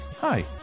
Hi